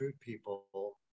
people